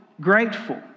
grateful